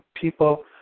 people